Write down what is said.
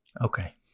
Okay